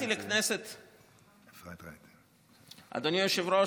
אדוני היושב-ראש,